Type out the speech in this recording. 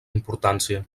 importància